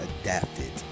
adapted